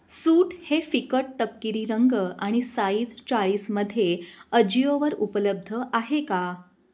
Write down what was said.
सूट हे फिकट तपकिरी रंग आणि साइज चाळीसमध्ये अजिओवर उपलब्ध आहे का